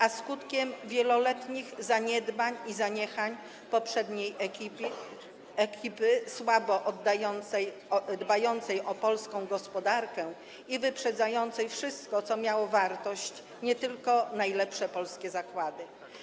że są skutkiem wieloletnich zaniedbań i zaniechań poprzedniej ekipy, słabo dbającej o polską gospodarkę i wyprzedającej wszystko, co miało wartość, nie tylko najlepsze polskie zakłady.